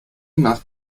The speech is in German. nach